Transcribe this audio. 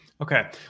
Okay